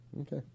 Okay